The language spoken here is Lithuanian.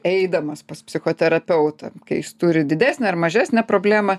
eidamas pas psichoterapeutą kai jis turi didesnę ar mažesnę problemą